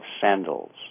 sandals